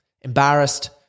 embarrassed